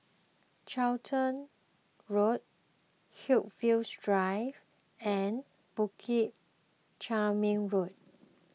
Charlton Road Haigsvilles Drive and Bukit Chermin Road